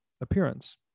appearance